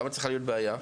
למה צריכה להיות בעיה?